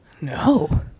No